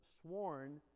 sworn